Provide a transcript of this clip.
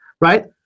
right